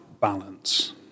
balance